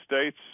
States